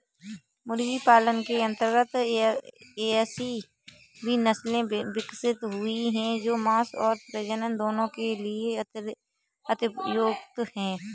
मुर्गी पालन के अंतर्गत ऐसी भी नसले विकसित हुई हैं जो मांस और प्रजनन दोनों के लिए अति उपयुक्त हैं